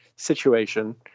Situation